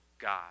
God